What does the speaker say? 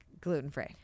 gluten-free